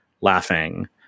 laughing